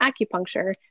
acupuncture